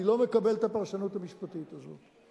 אני לא מקבל את הפרשנות המשפטית הזאת.